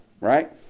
right